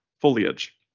foliage